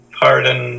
pardon